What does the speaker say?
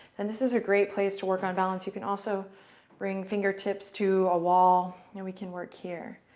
and this is a great place to work on balance. you can also bring fingertips to a wall and we can work here.